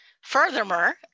Furthermore